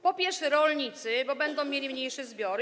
Po pierwsze, rolnicy, bo będą mieli mniejsze zbiory.